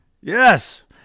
yes